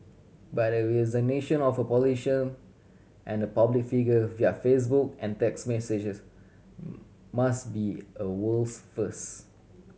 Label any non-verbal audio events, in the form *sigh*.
but a resignation of a politician and public figure via Facebook and text messages *noise* must be a world's first